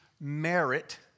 merit